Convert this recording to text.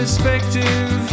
Perspective